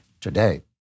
today